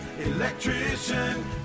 electrician